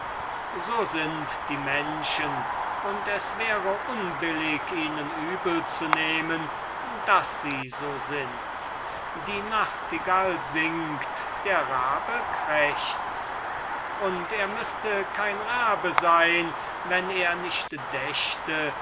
so sind die menschen und es wäre unbillig ihnen übel zu nehmen daß sie so sind die nachtigall singt der rabe krächzt und er müßte kein rabe sein wenn er nicht dächte